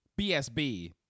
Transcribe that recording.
BSB